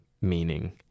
meaning